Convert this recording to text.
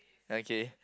okay